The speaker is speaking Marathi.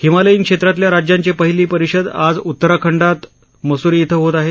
हिमालयीन क्षेत्रातल्या राज्यांची पहिली परिषद आज उत्तराखंडात मसुरी इथं होत आहे